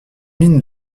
mine